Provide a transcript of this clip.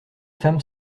femmes